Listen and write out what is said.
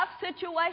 situations